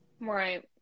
Right